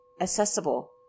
accessible